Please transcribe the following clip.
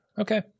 Okay